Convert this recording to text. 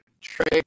trade